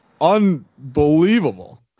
unbelievable